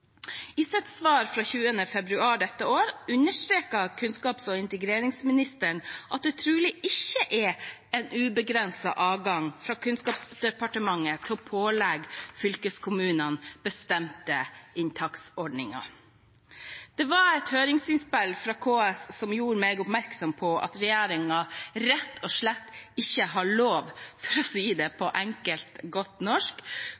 I sitt svar av 27. februar i år understreket kunnskaps- og integreringsministeren at det trolig ikke er en ubegrenset adgang for Kunnskapsdepartementet til å pålegge fylkeskommunene bestemte inntaksordninger. Det var et høringsinnspill fra KS som gjorde meg oppmerksom på at regjeringen rett og slett ikke har lov, for å si det på enkelt og godt norsk,